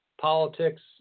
politics